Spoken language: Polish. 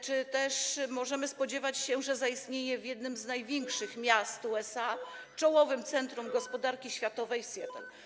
Czy możemy też spodziewać się, że zaistnieje w jednym z największych miast USA, czołowym centrum gospodarki światowej, w Seattle?